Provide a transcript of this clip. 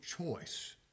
choice